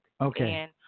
Okay